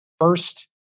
first